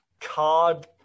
card